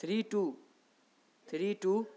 three two three two